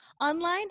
online